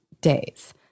days